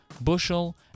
Bushel